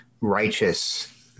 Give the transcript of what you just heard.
righteous